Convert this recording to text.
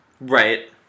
Right